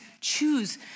Choose